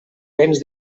vents